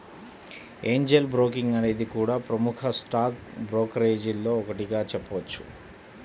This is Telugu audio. ఏంజెల్ బ్రోకింగ్ అనేది కూడా ప్రముఖ స్టాక్ బ్రోకరేజీల్లో ఒకటిగా చెప్పొచ్చు